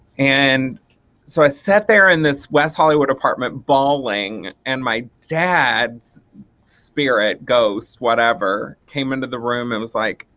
and so i sat there in and this west hollywood apartment bawling and my dad's spirit, ghost whatever came into the room and was like,